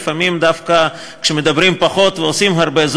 ולפעמים דווקא כשמדברים פחות ועושים הרבה,